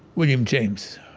william james,